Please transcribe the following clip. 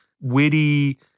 witty